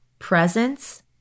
Presence